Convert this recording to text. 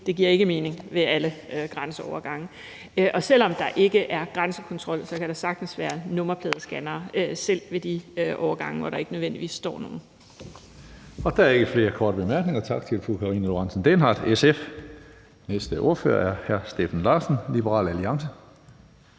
ikke giver mening ved alle grænseovergange. Selv om der ikke er grænsekontrol, kan der sagtens være nummerpladescannere, selv ved de overgange, hvor der ikke nødvendigvis står nogen. Kl. 17:14 Tredje næstformand (Karsten Hønge): Der er ikke flere korte bemærkninger. Tak til fru Karina Lorentzen Dehnhardt, SF. Næste ordfører er hr. Steffen Larsen, Liberal Alliance.